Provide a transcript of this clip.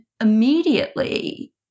immediately